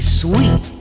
sweet